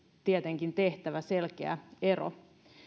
tietenkin tehtävä selkeä ero